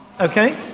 okay